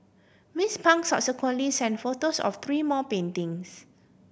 Miss Pang subsequently sent photos of three more paintings